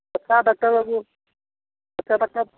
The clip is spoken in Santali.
ᱚᱠᱟ ᱰᱟᱠᱛᱟᱨ ᱵᱟᱵᱩ ᱚᱠᱟ ᱰᱟᱠᱛᱟᱨ